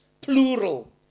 Plural